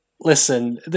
Listen